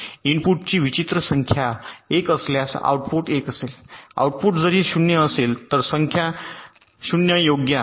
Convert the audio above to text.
इनपुटची विचित्र संख्या 1 असल्यास आउटपुट 1 असेल आणि आउटपुट जरी 0 असेल तर संख्या 0 योग्य आहे